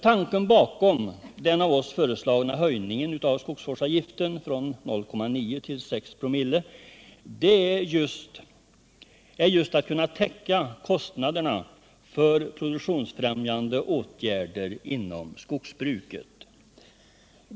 Tanken bakom den av oss föreslagna höjningen av skogsvårdsavgiften från 0,96 ?/00 är just att man skall kunna täcka kostnaderna för produktionsfrämjande åtgärder inom skogsbruket.